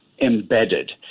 embedded